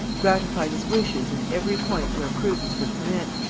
gratified his wishes in every point where prudence would permit,